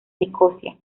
nicosia